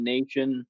Nation